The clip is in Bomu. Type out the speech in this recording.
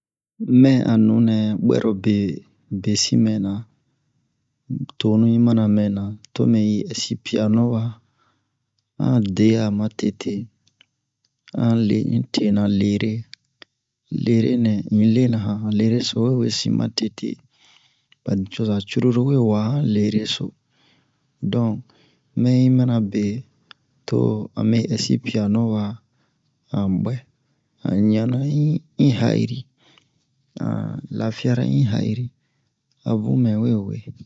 Mɛn a nunɛ buwɛrobe besin mɛna tonu yi mana mɛna to mɛ ɛsi piyano wa an de'a ma tete an le un tena lere lerenɛ un lena han lere so we wesin ma tete ba nicoza cururu we wa han lereso donk to mɛyi mana be to a mɛ ɛsi piyano wa a buwɛ an ɲana un ha'iri an lafiyara un ha'iri a bun mɛ we we